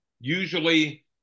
usually